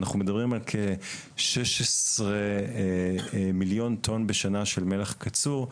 אנחנו מדברים על כ- 16 מיליון טון בשנה של מלח קצור,